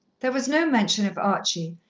there was no mention of archie,